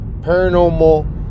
paranormal